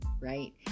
right